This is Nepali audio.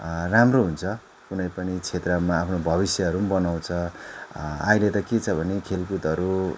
राम्रो हुन्छ कुनै पनि क्षेत्रमा आफ्नो भविष्यहरू नि बनाउँछ अहिले त के छ भने खेलकुदहरू